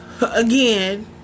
again